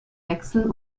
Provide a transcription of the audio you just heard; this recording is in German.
wechsel